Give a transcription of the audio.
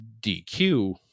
DQ